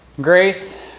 Grace